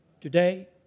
today